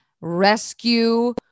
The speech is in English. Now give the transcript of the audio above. rescue